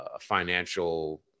financial